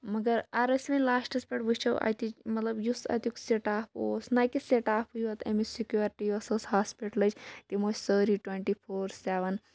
مَگر اَگر أسۍ لاسٹَس پٮ۪ٹھ وُچھو اَتِچ مطلب یُس اَتیُک سِٹاف اوس نہ کہِ سِٹافٕے یوت اَمِچ سِکیورٹی ٲس سۄ ٲس ہاسپِٹلٕچ تِم ٲسۍ سٲری ٹُونٹی فور سیٚوَن